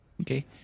Okay